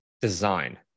Design